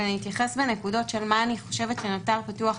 אבל אני אתייחס בנקודות לדברים שאני חושבת שנותרו פתוחים.